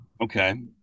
Okay